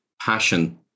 passion